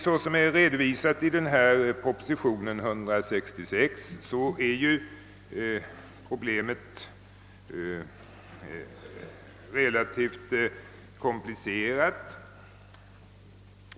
Såsom redovisas i propositionen nr 166 är emellertid problemet relativt komplicerat.